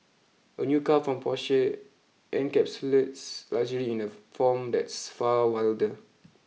a new car from Porsche encapsulates luxury in a form that's far wilder